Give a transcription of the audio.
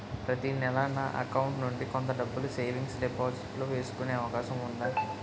ప్రతి నెల నా అకౌంట్ నుండి కొంత డబ్బులు సేవింగ్స్ డెపోసిట్ లో వేసుకునే అవకాశం ఉందా?